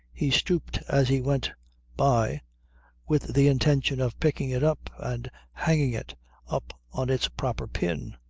he stooped as he went by with the intention of picking it up and hanging it up on its proper pin.